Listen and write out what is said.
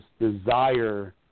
desire